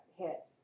hit